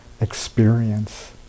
experience